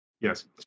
Yes